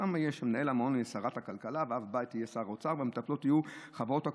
ושם מנהל המעון יהיה שרת הכלכלה,